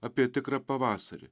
apie tikrą pavasarį